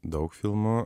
daug filmų